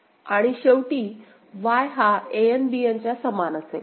आणि शेवटी Y हा An Bn च्या समान असेल